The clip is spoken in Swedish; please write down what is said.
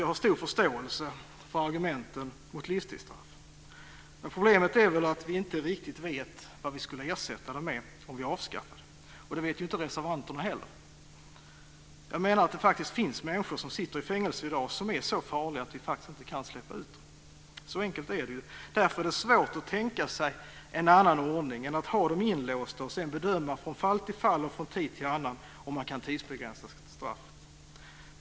Jag har stor förståelse för argumenten mot livstidsstraff, men problemet är att vi inte riktigt vet vad vi skulle ersätta det med om vi avskaffade det. Det vet inte reservanterna heller. Jag menar att det faktiskt sitter människor i fängelse i dag som är så farliga att vi inte kan släppa ut dem. Så enkelt är det. Därför är det svårt att tänka sig en annan ordning än att ha dem inlåsta och sedan bedöma från fall till fall och från tid till annan om man kan tidsbegränsa straffet.